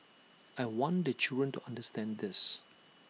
I want the children to understand this